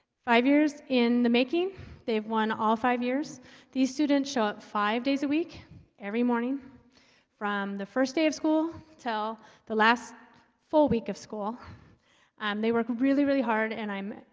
five years in the making they've won all five years these students show up five days a week every morning from the first day of school until the last full week of school um they work really really hard and i'm